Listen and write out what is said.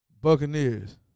Buccaneers